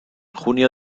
junio